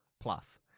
plus